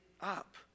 up